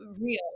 real